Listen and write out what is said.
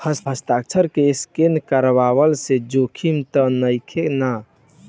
हस्ताक्षर के स्केन करवला से जोखिम त नइखे न?